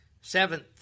Seventh